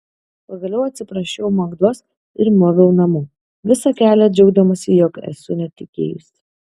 pagaliau atsiprašiau magdos ir moviau namo visą kelią džiaugdamasi jog esu netekėjusi